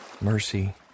mercy